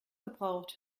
verbraucht